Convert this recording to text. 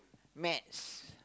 match